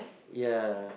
ya